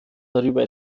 darüber